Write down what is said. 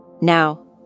Now